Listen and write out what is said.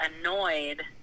annoyed